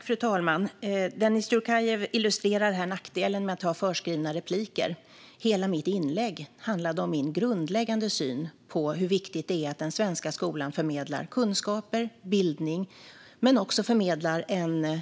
Fru talman! Dennis Dioukarev illustrerar här nackdelen med att ha repliker som skrivits i förväg. Hela mitt inlägg handlade om min grundläggande syn på hur viktigt det är att den svenska skolan förmedlar kunskaper och bildning men också